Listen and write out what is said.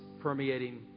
permeating